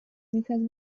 because